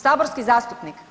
Saborski zastupnik.